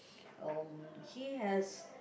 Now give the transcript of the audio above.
um he has